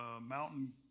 mountain